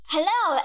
Hello